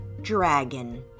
Dragon